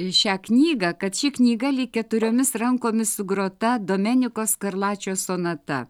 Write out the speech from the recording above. šią knygą kad ši knyga lyg keturiomis rankomis sugrota domeniko skarlačio sonata